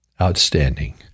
outstanding